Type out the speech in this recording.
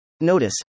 Notice